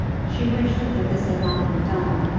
she wished that this had not been done,